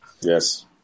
Yes